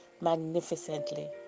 magnificently